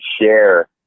share